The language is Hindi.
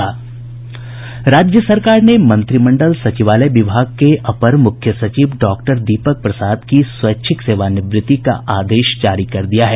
राज्य सरकार ने मंत्रिमंडल सचिवालय विभाग के अपर मुख्य सचिव डॉक्टर दीपक प्रसाद की स्वैच्छिक सेवानिवृत्ति का आदेश जारी कर दिया है